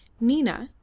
nina,